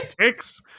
ticks